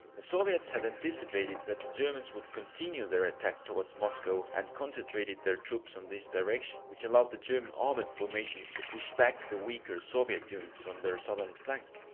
the soviets had anticipated, that the germans would continue their attack towards moscow and concentrated their troops on this direction, which allowed the german armoured formations to push back the weaker soviet units on their southern flank.